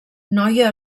noia